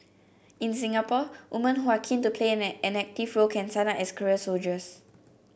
in Singapore woman who are keen to play an act an active role can sign up as career soldiers